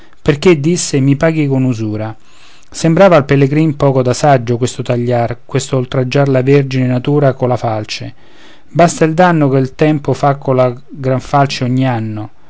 perché disse mi paghi con usura sembrava al pellegrin poco da saggio questo tagliar quest'oltraggiar la vergine natura colla falce basta il danno che il tempo fa colla gran falce ogni anno